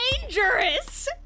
Dangerous